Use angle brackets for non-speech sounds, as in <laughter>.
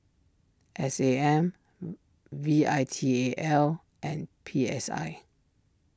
S A M <hesitation> V I T A L and P S I